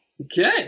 Okay